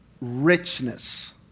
richness